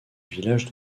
village